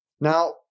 Now